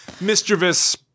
mischievous